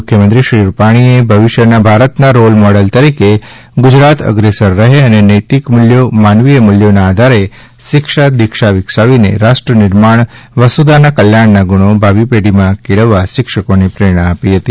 મુખ્યમંત્રી શ્રી વિજયભાઇ રૂપાણીએ ભવિષ્યના ભારતના રોલ મોડેલ તરીકે ગુજરાત અગ્રેસર રહે અને નૈતિક મૂલ્યો માનવીય મૂલ્યોના આધારે શિક્ષા દિક્ષા વિકસાવીને રાષ્ટ્રનિર્માણ વસુધાના કલ્યાણના ગુણો ભાવિ પેઢીમાં કેળવવા શિક્ષકોને પ્રેરણા આપી હતી